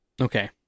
Okay